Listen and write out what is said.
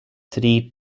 three